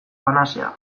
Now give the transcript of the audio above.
panazea